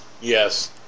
Yes